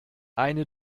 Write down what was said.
eine